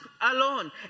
alone